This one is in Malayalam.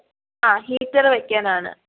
ആ ഹീറ്റർ വയ്ക്കാനാണ്